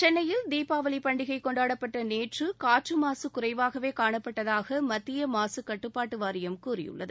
சென்னையில் தீபாவளி பண்டிகை கொண்டாடப்பட்ட நேற்று காற்று மாசு குறைவாகவே காணப்பட்டதாக மத்திய மாசு கட்டுப்பாட்டு வாரியம் கூறியுள்ளது